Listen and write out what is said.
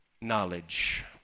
knowledge